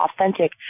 authentic